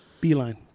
Beeline